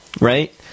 Right